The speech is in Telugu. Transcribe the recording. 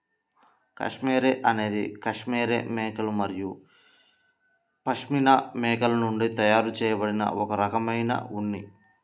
కష్మెరె అనేది కష్మెరె మేకలు మరియు పష్మినా మేకల నుండి తయారు చేయబడిన ఒక రకమైన ఉన్ని